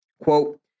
quote